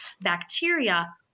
bacteria